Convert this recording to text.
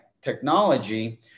Technology